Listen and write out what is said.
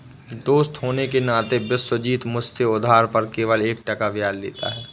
दोस्त होने के नाते विश्वजीत मुझसे उधार पर केवल एक टका ब्याज लेता है